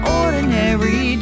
ordinary